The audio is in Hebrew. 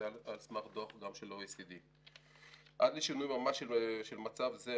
זה על סמך דוח גם של OECD. עד לשינוי ממשי של מצב זה,